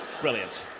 Brilliant